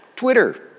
Twitter